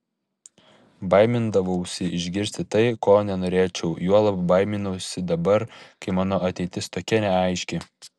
baimindavausi išgirsti tai ko nenorėčiau juolab baiminausi dabar kai mano ateitis tokia neaiški